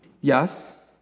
Yes